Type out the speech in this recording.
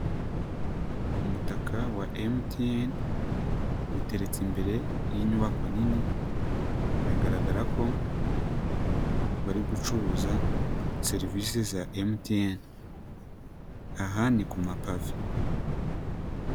Umutaka wa MTN uteretse imbere y'inyubako nini biragaragara ko bari gucuruza serivisi za MTN aha ni ku mapave.